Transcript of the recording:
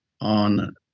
on